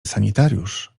sanitariusz